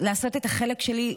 לעשות את החלק שלי,